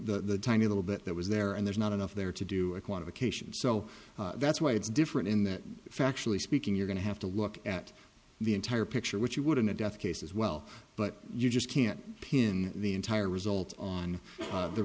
the tiny little bit that was there and there's not enough there to do a qualification so that's why it's different in that factually speaking you're going to have to look at the entire picture which you would in a death case as well but you just can't pin the entire result on whe